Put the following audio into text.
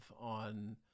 on